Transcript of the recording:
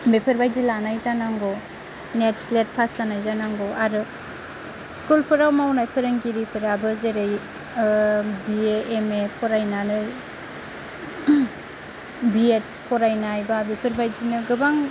बेफोरबादि लानाय जानांगौ नेट स्लेट पास जानाय जानांगौ आरो स्कुलफोराव मावनाय फोरोंगिरिफोराबो जेरै बि ए एम ए फरायनानै बि एड फरायनाय बा बेफोरबायदिनो गोबां